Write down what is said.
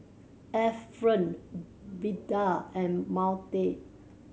Efren Beda and Maude